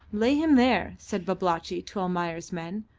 lay him there, said babalatchi to almayer's men,